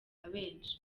benshi